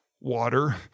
water